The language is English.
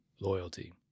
loyalty